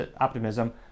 optimism